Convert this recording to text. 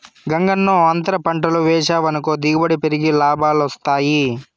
గంగన్నో, అంతర పంటలు వేసావనుకో దిగుబడి పెరిగి లాభాలొస్తాయి